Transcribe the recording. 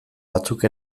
batzuk